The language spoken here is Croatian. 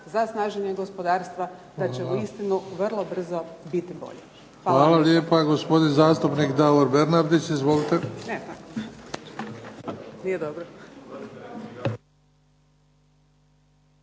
za snaženje gospodarstva da će uistinu vrlo brzo biti bolje. **Bebić, Luka (HDZ)** Hvala lijepa. Gospodin zastupnik Davor Bernardić. Izvolite.